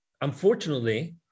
unfortunately